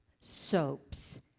soaps